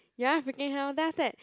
ya freaking hell then after that